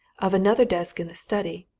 of another desk in the study,